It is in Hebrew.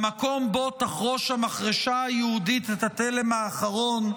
במקום שבו תחרוש המחרשה היהודית את התלם האחרון,